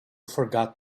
forgot